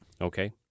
Okay